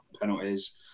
penalties